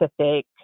specific